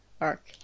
arc